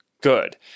good